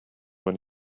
when